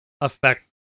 affect